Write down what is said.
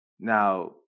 Now